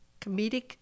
comedic